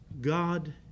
God